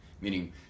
meaning